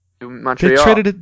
Montreal